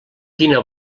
quina